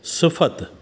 सिफ़ति